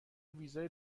ویزای